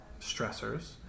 stressors